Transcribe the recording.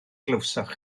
glywsoch